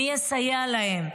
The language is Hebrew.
מי יסייע להם?